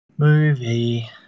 Movie